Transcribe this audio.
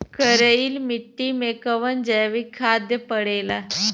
करइल मिट्टी में कवन जैविक खाद पड़ेला?